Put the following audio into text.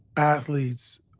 athletes,